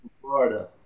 Florida